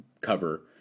cover